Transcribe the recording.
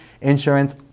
Insurance